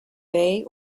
bay